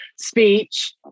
speech